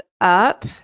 up